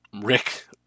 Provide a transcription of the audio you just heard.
Rick